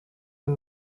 den